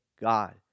God